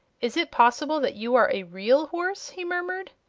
is it possible that you are a real horse? he murmured.